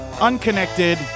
unconnected